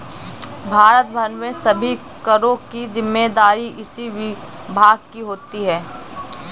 भारत भर में सभी करों की जिम्मेदारी इसी विभाग की होती है